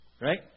Right